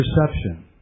perception